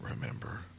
remember